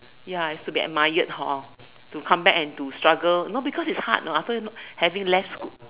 ya it's to get admired hor to come back and to struggle no because it's hard know after no having less